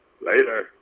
Later